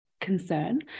concern